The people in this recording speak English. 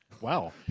Wow